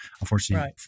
unfortunately